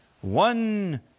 One